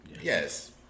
yes